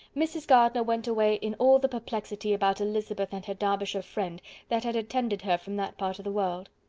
mrs. gardiner went away in all the perplexity about elizabeth and her derbyshire friend that had attended her from that part of the world.